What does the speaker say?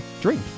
drink